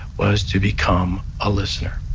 was to become a listener